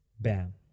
Bam